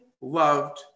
loved